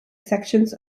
sections